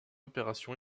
opération